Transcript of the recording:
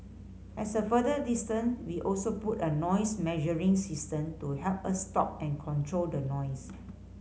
at a further distance we also put a noise measuring system to help us stop and control the noise